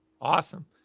Awesome